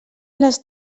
les